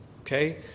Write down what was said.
okay